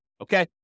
Okay